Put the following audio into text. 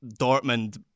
Dortmund